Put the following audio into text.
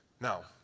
Now